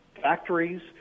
factories